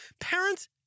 Parents